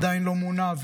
עדיין לא מונה,